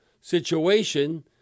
situation